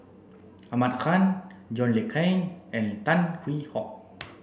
Ahmad Khan John Le Cain and Tan Hwee Hock